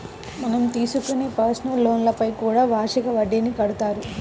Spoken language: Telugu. మనం తీసుకునే పర్సనల్ లోన్లపైన కూడా వార్షిక వడ్డీని కడతారు